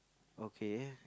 okay